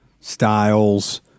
styles